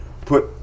Put